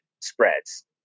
spreads